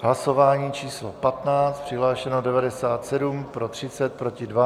Hlasování číslo 15. Přihlášeno 97, pro 30, proti 2.